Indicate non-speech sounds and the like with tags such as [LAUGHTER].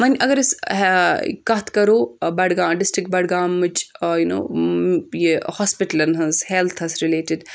وۄنۍ اگر أسۍ کَتھ کَرو بَڈگام ڈِسٹِرٛک بَڈگامٕچ [UNINTELLIGIBLE] یہِ ہاسپِٹلَن ہٕنٛز ہیٚلتھَس رِلَیٚٹِڈ